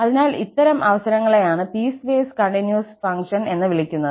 അതിനാൽ ഇത്തരം അവസരങ്ങളെയാണ് പീസ്വേസ് കണ്ടിന്യൂസ് ഫംഗ്ഷൻ എന്ന് വിളിക്കുന്നത്